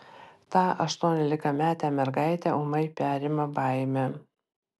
tą aštuoniolikametę mergaitę ūmai perima baimė